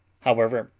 however,